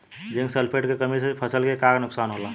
Zinc sulphate के कमी से फसल के का नुकसान होला?